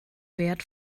wert